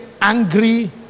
angry